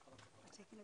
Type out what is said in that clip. שאני לא